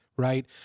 Right